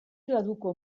graduko